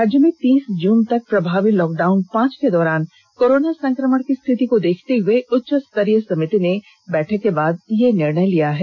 राज्य में तीस जून तक प्रभावी लॉकडाउन पांच के दौरान कोरोना संक्रमण की स्थिति को देखते हुए उच्च स्तरीय समिति ने बैठक के बाद यह निर्णय लिया है